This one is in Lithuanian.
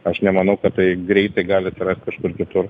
aš nemanau kad tai greitai gali atsirast kažkur kitur